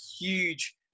huge